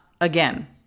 again